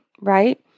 right